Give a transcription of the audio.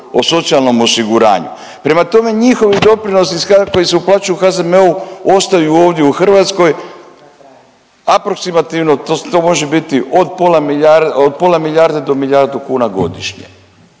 o socijalnom osiguranju. Prema tome, njihovi doprinosi sada koji se uplaćuju HZMO-u ostaju ovdje u Hrvatskoj, aproksimativno to, to može biti od pola milijar…, od pola milijarde do milijardu